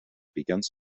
begins